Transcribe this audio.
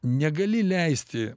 negali leisti